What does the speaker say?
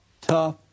tough